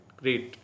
great